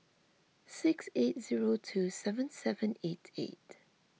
six eight zero two seven seven eight eight